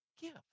Give